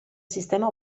sistema